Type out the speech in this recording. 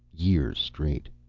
years straight.